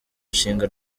nshinga